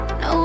no